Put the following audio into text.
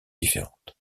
différentes